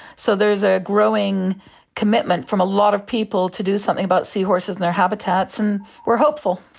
so there is a growing commitment from a lot of people to do something about seahorses and their habitats, and we are hopeful.